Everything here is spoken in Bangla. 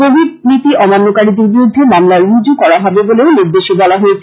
কোবিড নীতি অমান্যকারীদের বিরুদ্ধে মামলা রুজু করা হবে বলেও নির্দেশে বলা হয়েছে